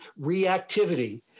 reactivity